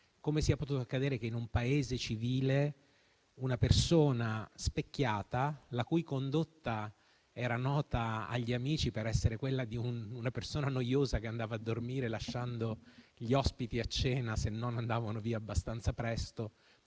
come sia potuto accadere che, in un Paese civile, una persona specchiata, la cui condotta era nota agli amici per essere quella di una persona noiosa, che andava a dormire lasciando gli ospiti a cena (se non andavano via abbastanza presto),